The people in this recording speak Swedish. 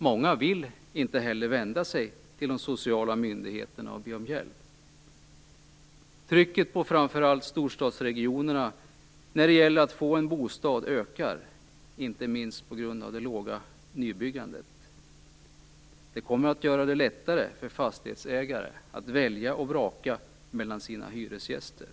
Många vill inte heller vända sig till de sociala myndigheterna för att be om hjälp. Trycket på framför allt storstadsregionerna när det gäller att få fram bostäder ökar, inte minst på grund av det låga nybyggandet. Det kommer att göra det lättare för fastighetsägare att välja och vraka mellan sina hyresgäster.